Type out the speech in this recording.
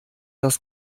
das